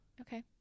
Okay